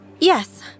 Yes